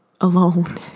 alone